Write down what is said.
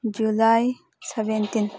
July seventeen